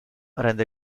rende